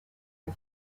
for